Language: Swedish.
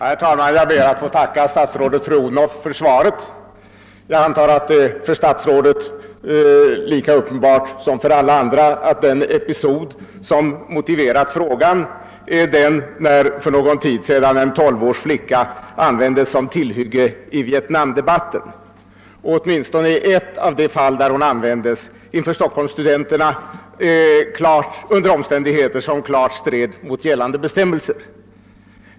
Herr talman! Jag ber att få tacka statsrådet fru Odhnoff för svaret. Jag antar att det för statsrådet är lika uppenbart som för alla andra att den episod som motiverat frågan är den, när för någon tid sedan en tolv års flicka användes som tillhygge i Vietnamdebatten. Åtminstone i ett av de fall där hon användes, nämligen inför Stockholmsstudenterna, skedde det under omständigheter som klart stred mot gällande bestämmelser.